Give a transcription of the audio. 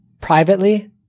Privately